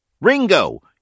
Ringo